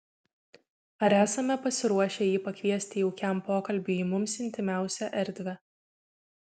ar esame pasiruošę jį pakviesti jaukiam pokalbiui į mums intymiausią erdvę